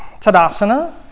Tadasana